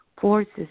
forces